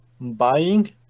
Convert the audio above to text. buying